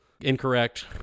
incorrect